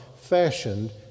fashioned